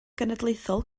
genedlaethol